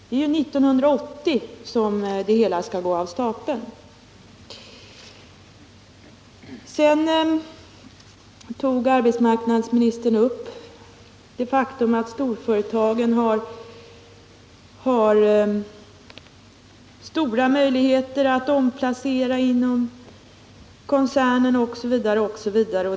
Det är ju 1980 det hela skall gå av stapeln. Arbetsmarknadsministern framhöll vidare som en fördel det faktum att storföretagen har stora möjligheter att göra omplaceringar inom koncernen osv.